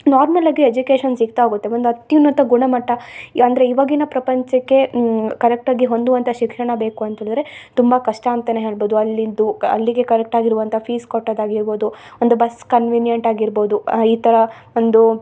normal ಆಗಿ education ಸಿಗ್ತಾ ಹೋಗುತೆ ಒಂದು ಅತ್ಯುನ್ನತ ಗುಣಮಟ್ಟ ಯ ಅಂದರೆ ಇವಾಗಿನ ಪ್ರಪಂಚಕ್ಕೆ ಕರೆಕ್ಟಾಗಿ ಹೊಂದುವಂಥ ಶಿಕ್ಷಣ ಬೇಕು ಅಂತೆಳಿದರೆ ತುಂಬ ಕಷ್ಟ ಅಂತಾ ಹೇಳ್ಬೌದು ಅಲ್ಲಿಂದ ಅಲ್ಲಿಗೆ ಕರೆಕ್ಟಾಗಿರುವಂಥ ಫೀಸ್ ಕಟ್ಟೋದಾಗಿರ್ಬೋದು ಒಂದು ಬಸ್ಸ್ ಕನ್ವಿನಿಯಂಟಾಗಿರ್ಬೌದು ಈ ಥರ ಒಂದು